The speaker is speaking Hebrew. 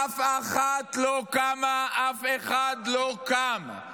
אף אחת לא קמה, אף אחד לא קם.